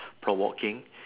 per walking